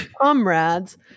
Comrades